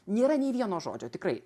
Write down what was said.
nėra nei vieno žodžio tikrai